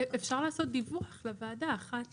אפשר לעשות דיווח לוועדה אחת